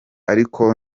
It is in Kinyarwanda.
ariko